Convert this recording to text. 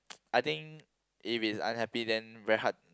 I think if its unhappy then very hard